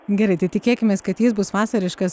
gerai tai tikėkimės kad jis bus vasariškas